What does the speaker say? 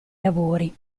lavori